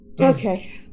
Okay